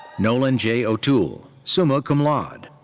nolan j. o toole, summa cum laude.